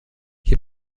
hier